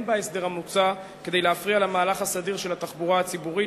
אין בהסדר המוצע כדי להפריע למהלך הסדיר של התחבורה הציבורית,